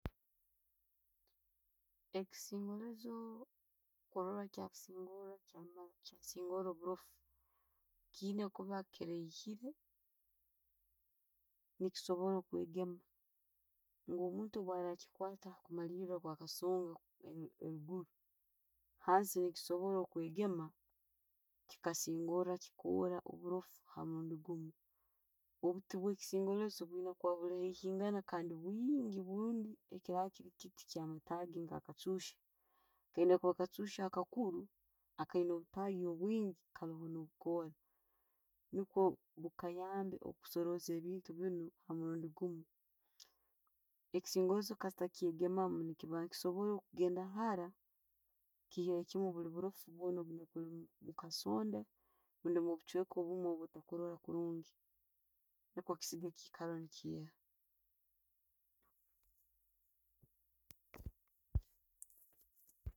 Ekisongereizo kurora kyakisingora, kyasingora oburoffu, kiyina kuba kiraihiire, nekisobora kwegema, ngu Omuntu bwarakikwatta, kumariira gwa ka sonda, eriguru, hansi nikisobora okwegema chikasingora chikora oburoffa hamurundu gumu. Obutti bwe kisingorrozzo buyina kuba buli haigana kandi buli bwingi. Bweekiraba kiri kiiti kyamatagi, nka chachu. Kayina kuba akachuchu akakuuru akayina obutagi bwingi kayiina no'bukora nukwo bukayambe okusoroza ebintu biinu omurundi guumu. Ekisongoreizo kasiita kyegemamu, nekisobora kugenda haara, nekyiyayo oburoffu bwonna obuli omukasonda orbundi mubuchweka bwotokura kurungi niikwo kisigale ne kyella.